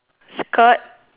skirt